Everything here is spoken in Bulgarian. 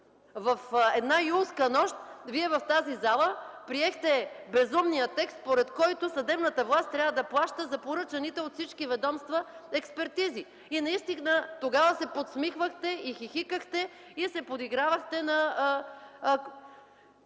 В една юнска нощ вие в тази зала приехте безумния текст, според който съдебната власт трябва да плаща за поръчаните от всички ведомства експертизи. Тогава се подсмихвахте, хихикахте и се подигравахте на